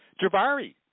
Jabari